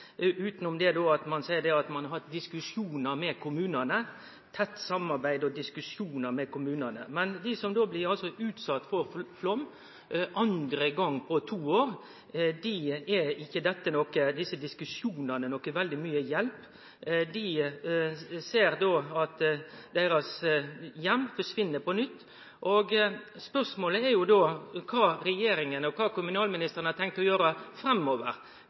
at ein seier at ein har hatt tett samarbeid og diskusjonar med kommunane. Men for dei som blir utsette for flaum for andre gong på to år, er ikkje desse diskusjonane til veldig mykje hjelp. Dei ser at heimen deira forsvinn på nytt, og spørsmålet er kva regjeringa og kommunalministeren har tenkt å gjere framover.